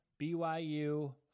BYU